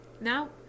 Now